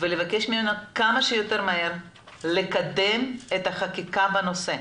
ולבקש ממנו כמה שיותר מהר לקדם את החקיקה בנושא.